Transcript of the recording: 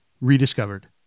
rediscovered